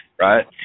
right